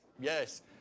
Yes